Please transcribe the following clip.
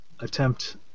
attempt